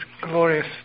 glorious